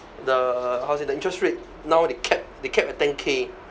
the how to say the interest rate now they cap they cap at ten K